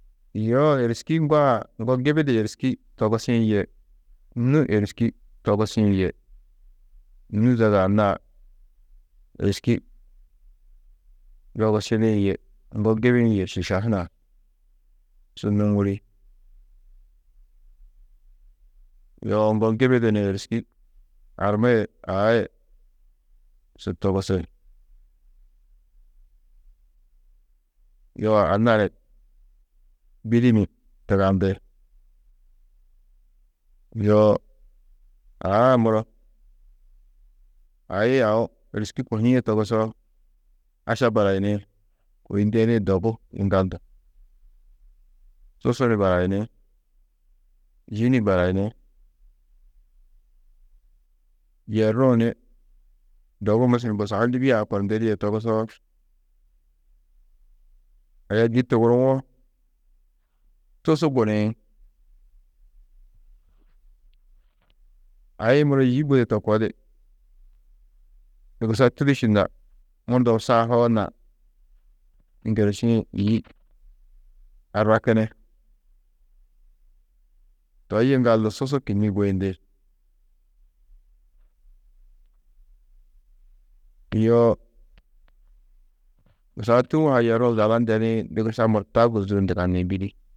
Yoo êriski ŋgoo-ã, ŋgo gibi di êriski togusĩ yê nû êriski togusĩ yê nû zaga anna-ã êriski yogusidĩ yê ŋgo gibi-ĩ yê šiša hunã, su nûŋuri: Yoo ŋgo gibi di ni êriski arma yê aa yê su togusi, yo anna ni bîdi ni tugandi, yo aa-ã muro, ai aũ êriski kohîe togusoo aša barayini, kôi ndedĩ dogu yiŋgaldu, susu ni barayini, yî ni barayini, yerruũ ni dogu mesel busau Lîbia-ã kor ndedîe togusoo, aya dî tuguruwo, susu guniĩ, ai-ĩ muro yî budi to koo di dugusa tûdušu na murdom sã hoo na ŋgirišiĩ yî arrakini, toi yiŋgaldu susu kînniĩ guyindi. Yo buasu Tûu-ã ha yerruũ Zala ndedĩ dugusa murta ôguzuu ndugani bîdi